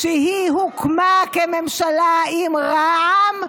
כשהיא הוקמה כממשלה עם רע"מ,